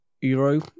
euro